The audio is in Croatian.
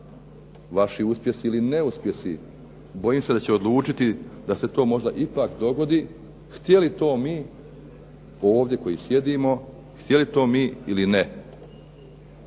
vaši uspjesi ili neuspjesi, bojim se da će odlučiti da se to možda ipak dogodi, htjeli to mi ovdje koji sjedimo, htjeli to mi ili ne